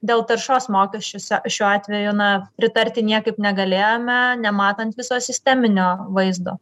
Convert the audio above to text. dėl taršos mokesčiuose šiuo atveju na pritarti niekaip negalėjome nematant viso sisteminio vaizdo